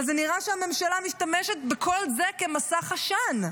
אבל זה נראה שהממשלה משתמשת בכל זה כמסך עשן,